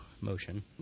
motion